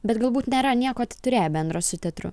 bet galbūt nėra nieko turėję bendro su teatru